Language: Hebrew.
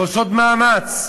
ועושות מאמץ,